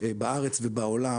בארץ ובעולם,